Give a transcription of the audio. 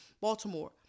Baltimore